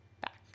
Back